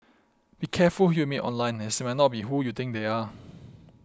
be careful who you meet online as they might not be who you think they are